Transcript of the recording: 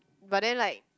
but then like